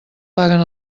paguen